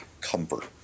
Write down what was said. comfort